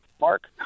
Mark